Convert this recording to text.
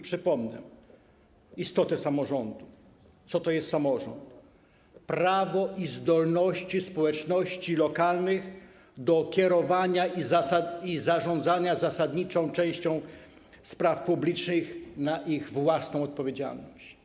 Przypomnę też istotę samorządu, co to jest samorząd: to prawo i zdolności społeczności lokalnych do kierowania i zarządzania zasadniczą częścią spraw publicznych na ich własną odpowiedzialność.